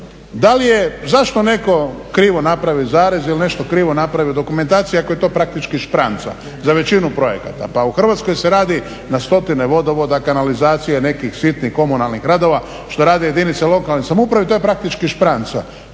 svi. Zašto netko krivo napravi zarez ili nešto krivo napravi u dokumentaciji ako je to praktički špranca za većinu projekata? Pa u Hrvatskoj se radi na stotine vodovoda, kanalizacija, nekih sitnih komunalnih radova što rade jedinice lokalne samouprave i to je praktički špranca.